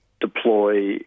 deploy